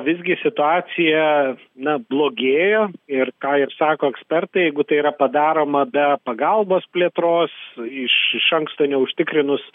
visgi situacija na blogėjo ir ką ir sako ekspertai jeigu tai yra padaroma be pagalbos plėtros iš iš anksto neužtikrinus